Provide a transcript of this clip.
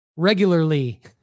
Regularly